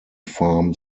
farm